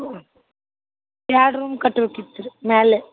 ಹ್ಞೂ ಎರಡು ರೂಮ್ ಕಟ್ಬೇಕಿತ್ತು ರೀ ಮ್ಯಾಲೆ